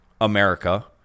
America